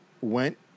went